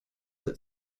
that